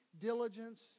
diligence